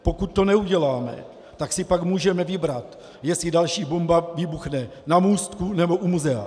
Pokud to neuděláme, tak si pak můžeme vybrat, jestli další bomba vybuchne na Můstku, nebo u Muzea.